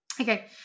Okay